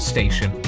Station